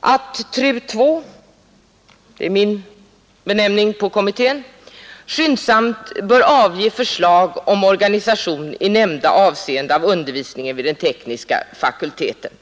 att TRU II — det är min benämning på kommittén — skyndsamt bör avge förslag till organisation i nämnda avseende av undervisningen vid den tekniska fakulteten.